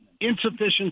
Insufficient